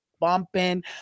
bumping